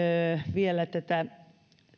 vielä tätä